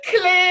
clear